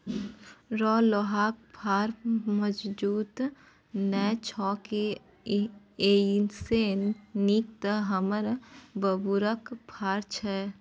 रौ लोहाक फार मजगुत नै छौ की एइसे नीक तँ हमर बबुरक फार छै